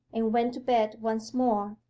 and went to bed once more,